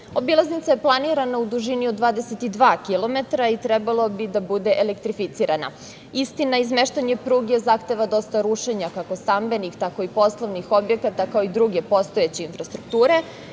Obilaznica je planirana u dužini od 22 kilometra i trebalo bi da bude elektrificirana. Istina, izmeštanje pruge zahteva dosta rušenja kako stambenih, tako i poslovnih objekata, kao i druge postojeće infrastrukture